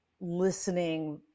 listening